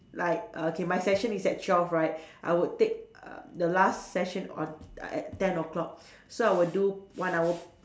like err okay my session is at twelve right I would take err the last session on at ten o-clock so I will do one hour